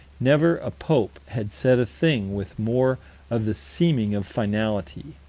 never a pope had said a thing with more of the seeming of finality.